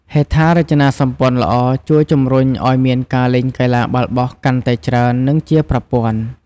ហេដ្ឋារចនាសម្ព័ន្ធល្អជួយជំរុញឱ្យមានការលេងកីឡាបាល់បោះកាន់តែច្រើន និងជាប្រព័ន្ធ។